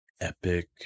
epic